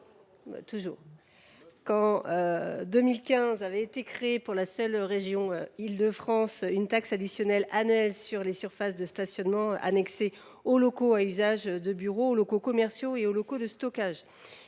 Express –, a été créée, dans la seule région Île de France, une taxe additionnelle annuelle sur les surfaces de stationnement annexées aux locaux à usage de bureaux, aux locaux commerciaux et aux locaux de stockage,